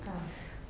ah